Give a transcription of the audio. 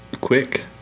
quick